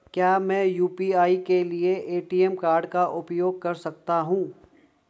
क्या मैं यू.पी.आई के लिए ए.टी.एम कार्ड का उपयोग कर सकता हूँ?